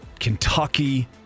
Kentucky